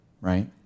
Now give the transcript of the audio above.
right